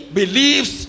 believes